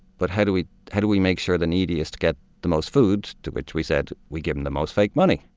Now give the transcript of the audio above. but how do we how do we make sure the neediest get the most food, to which we said, we give them the most fake money.